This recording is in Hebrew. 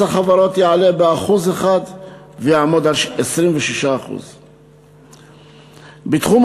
מס החברות יעלה ב-1% ויעמוד על 26%. בתחום